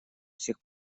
сих